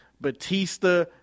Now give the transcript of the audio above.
Batista